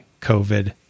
covid